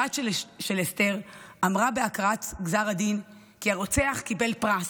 הבת של אסתר אמרה בהקראת גזר הדין כי הרוצח קיבל פרס,